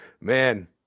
man